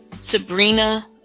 Sabrina